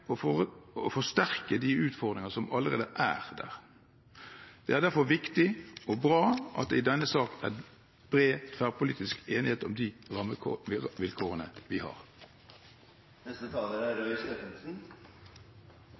forsterke de utfordringer som allerede er der. Det er derfor viktig og bra at det i denne sak er bred tverrpolitisk enighet om de rammevilkårene de har. Jeg må innrømme at jeg synes det er